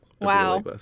Wow